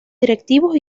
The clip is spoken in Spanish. directivos